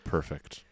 Perfect